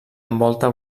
envolta